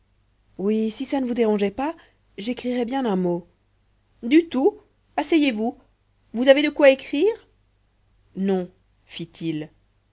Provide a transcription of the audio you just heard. oui si ça ne vous dérangeait pas j'écrirais bien un mot du tout asseyez-vous vous avez de quoi écrire non fit-il